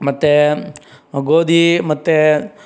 ಮತ್ತು ಗೋಧಿ ಮತ್ತು